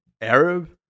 Arab